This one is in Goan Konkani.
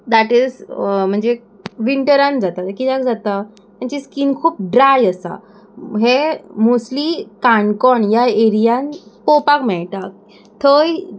दॅट इज म्हणजे विंटरान जाता कित्याक जाता तेंची स्कीन खूब ड्राय आसा हे मोस्टली काणकोण ह्या एरियान पोवपाक मेळटा थंय